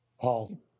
Paul